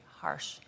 harsh